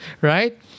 right